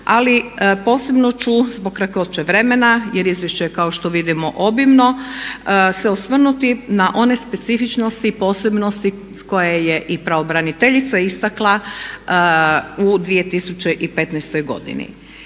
ali posebno ću zbog kratkoće vremena, jer izvješće je kao što vidimo obimno se osvrnuti na one specifičnosti i posebnosti koje je i pravobraniteljica istakla u 2015. godini.